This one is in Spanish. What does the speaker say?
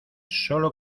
solo